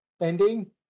ending